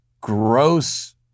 Gross